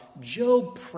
Job